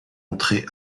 entrée